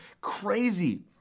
crazy